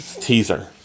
teaser